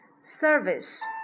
service